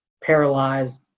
paralyzed